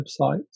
websites